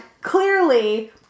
Clearly